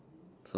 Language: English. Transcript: so